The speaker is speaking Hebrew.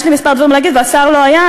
יש לי כמה דברים להגיד והשר לא היה.